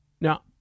Now